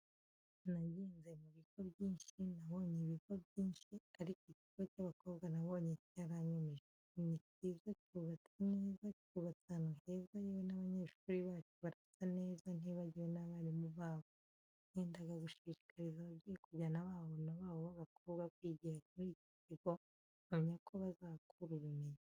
Nagenze mu bigo byinshi, nabonye ibigo byishi ariko ikigo cy'abakobwa nabonye cyaranyumije. Ni cyiza cyubatse neza, cyubatse ahantu heza yewe n'abanyeshuri bacyo barasa neza ntibagiwe n'abarimu babo. Nendaga gushishikariza ababyeyi kujyana abana babo b'abakobwa kwigira kuri iki kigo mpamya ko bazahakura ubumenyi.